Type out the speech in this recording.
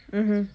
mmhmm